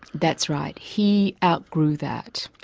that's right. he outgrew that.